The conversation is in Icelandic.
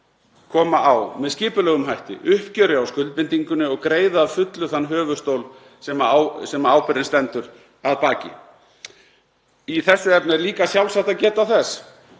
koma á með skipulegum hætti uppgjöri á skuldbindingunni og greiða að fullu þann höfuðstól sem ábyrgðin stendur að baki. Í þessu efni er líka sjálfsagt að geta þess